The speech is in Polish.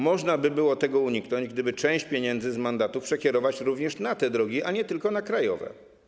Można by było tego uniknąć, gdyby część pieniędzy z mandatów przekierować również na te drogi, a nie tylko na krajowe.